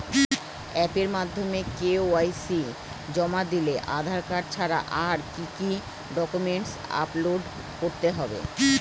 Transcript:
অ্যাপের মাধ্যমে কে.ওয়াই.সি জমা দিলে আধার কার্ড ছাড়া আর কি কি ডকুমেন্টস আপলোড করতে হবে?